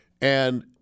And-